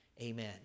Amen